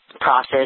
process